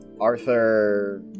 Arthur